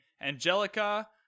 Angelica